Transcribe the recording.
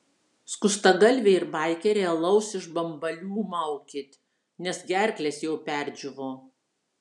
skustagalviai ir baikeriai alaus iš bambalių maukit nes gerklės jau perdžiūvo